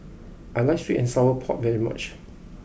I like Sweet and Sour Pork very much